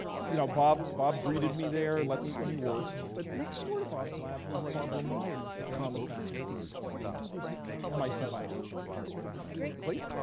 you know bob bob greeted me there, let me let me work. but next door to bob's lab was barbara meyer, then on the faculty of the mit biology department, now at berkeley.